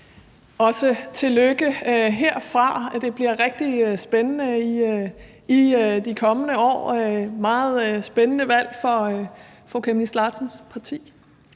et tillykke. Det bliver rigtig spændende de kommende år. Det er et meget spændende valg for fru Aaja Chemnitz Larsens parti.